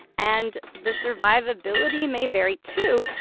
and the survivability may vary, too.